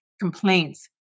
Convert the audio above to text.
Complaints